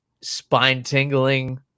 spine-tingling